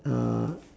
uh